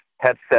headset